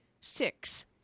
six